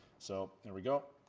so there we go.